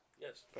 Yes